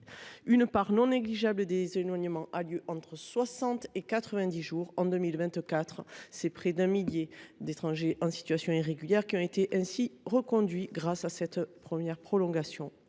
une part non négligeable des éloignements a eu lieu entre 60 et 90 jours. Près d’un millier d’étrangers en situation irrégulière ont ainsi été reconduits grâce à cette première prolongation.